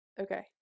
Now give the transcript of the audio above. okay